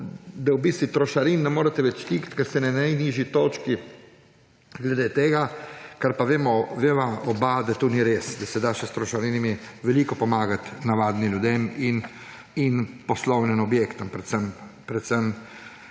da v bistvu trošarin ne morete več znižati, ker ste na najnižji točki glede tega, kar pa oba veva, da ni res, da se da s trošarinami še veliko pomagati navadnim ljudem in poslovnim objektom, predvsem